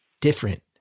different